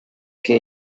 que